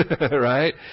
Right